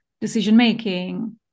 decision-making